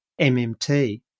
MMT